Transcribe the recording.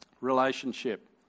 relationship